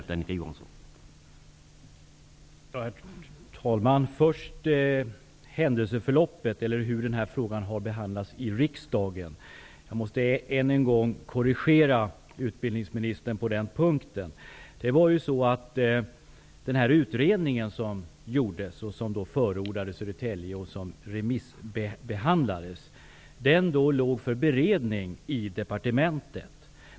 Herr talman! Först till frågan om hur detta ärende har behandlats i riksdagen. Jag måste än en gång korrigera utbildningsministern på den punkten. Den utredning som förordade Södertälje och som remissbehandlades låg för beredning i departementet.